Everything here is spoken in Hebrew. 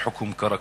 "חוכום קראקוש".